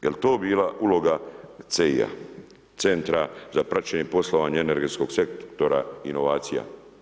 Jel to bila uloga ... Centra za praćenje poslovanja energetskog sektora inovacija.